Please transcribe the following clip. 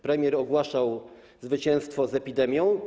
Premier ogłaszał zwycięstwo z epidemią.